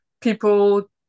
people